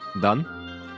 Done